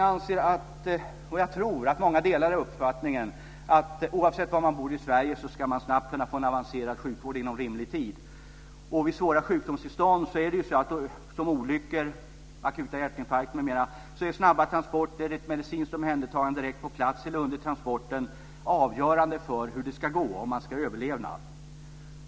Jag anser och tror att många delar uppfattningen att oavsett var man bor i Sverige ska man kunna få en avancerad sjukvård inom rimlig tid. Vid svåra sjukdomstillstånd, som olyckor, akuta hjärtinfarkter m.m., är snabba transporter och ett medicinskt omhändertagande direkt på plats eller under transporten avgörande för hur det ska gå, om man ska överleva.